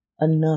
enough